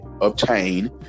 obtain